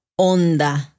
onda